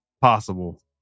Possible